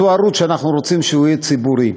אותו ערוץ שאנחנו רוצים שהוא יהיה ציבורי.